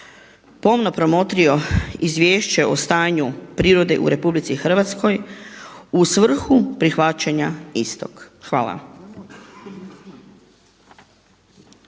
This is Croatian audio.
pomno promotrio Izvješće o stanju prirode u RH u svrhu prihvaćanja istog. Hvala.